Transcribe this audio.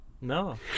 No